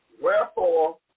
wherefore